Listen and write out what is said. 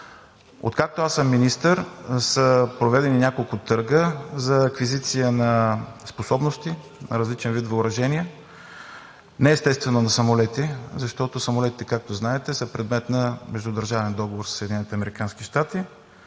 Откакто аз съм министър, са проведени няколко търга за аквизиция на способности – различен вид въоръжения, не естествено на самолети, защото самолетите, както знаете, са предмет на междудържавен договор със